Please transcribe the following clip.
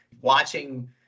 watching